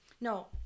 no